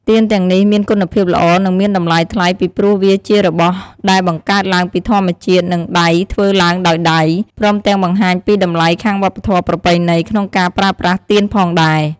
ទៀនទាំងនេះមានគុណភាពល្អនិងមានតម្លៃថ្លៃពីព្រោះវាជារបស់ដែរបង្កើតឡើងពីធម្មជាតិនិងដៃធ្វើឡើងដោយដៃ ព្រមទាំងបង្ហាញពីតម្លៃខាងវប្បធម៌ប្រពៃណីក្នុងការប្រើប្រាស់ទៀនផងដែរ។